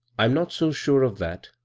i'm not so sure of that,